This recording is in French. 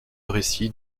récit